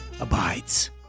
abides